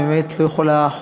אני באמת לא יכולה,